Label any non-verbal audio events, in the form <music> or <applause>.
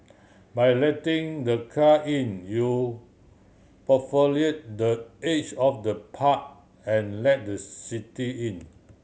by letting the car in you <unintelligible> the edge of the park and let the city in